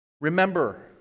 Remember